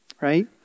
right